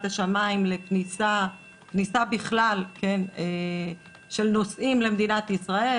השמיים לכניסה בכלל של נוסעים למדינת ישראל,